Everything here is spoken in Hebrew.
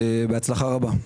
בהצלחה רבה.